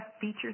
features